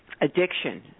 addiction